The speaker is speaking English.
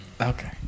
Okay